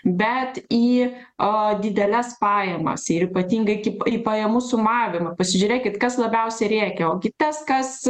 bet į dideles pajamas ir ypatingai kaip pajamų sumavimą pasižiūrėkit kas labiausiai rėkia o tas kas